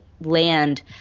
land